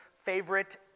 favorite